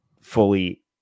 fully